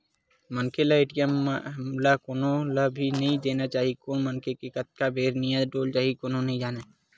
मनखे ल अपन ए.टी.एम ल कोनो ल भी नइ देना चाही कोन मनखे के कतका बेर नियत डोल जाही कोनो नइ जानय